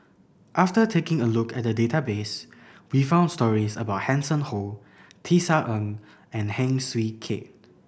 after taking a look at the database we found stories about Hanson Ho Tisa Ng and Heng Swee Keat